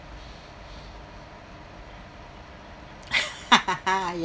ya